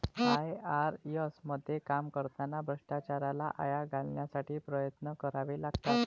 IRS मध्ये काम करताना भ्रष्टाचाराला आळा घालण्यासाठी प्रयत्न करावे लागतात